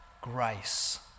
grace